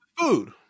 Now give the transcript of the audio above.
food